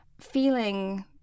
feeling